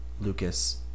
Lucas